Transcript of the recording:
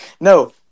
no